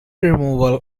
removal